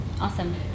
Awesome